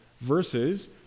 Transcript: versus